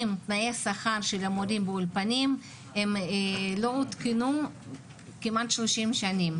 השכר של המורים באולפנים לא עודכנו כמעט 30 שנים.